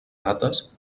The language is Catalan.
dates